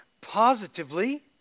Positively